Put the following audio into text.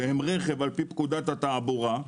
שהם רכב לפי פקודת התעבורה,